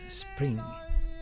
spring